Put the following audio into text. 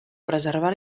preservar